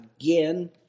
again